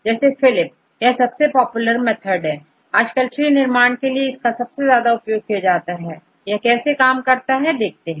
तोPHYLIP सबसे popular method है आजकल ट्री निर्माण के लिए इसका सबसे ज्यादा उपयोग किया जाता है यह कैसे कार्य करता है देखते हैं